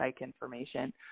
information